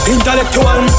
Intellectual